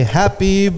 happy